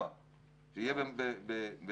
לא רק בתור